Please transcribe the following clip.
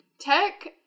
tech